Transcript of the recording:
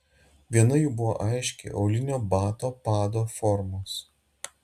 viena jų buvo aiškiai aulinio bato pado formos